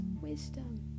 wisdom